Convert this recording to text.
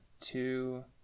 two